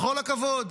בכל הכבוד,